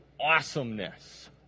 awesomeness